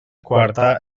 quarta